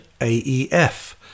AEF